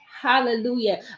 Hallelujah